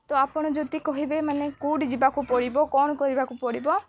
ତ ଆପଣ ଯଦି କହିବେ ମାନେ କେଉଁଠି ଯିବାକୁ ପଡ଼ିବ କ'ଣ କରିବାକୁ ପଡ଼ିବ